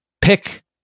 pick